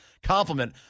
Compliment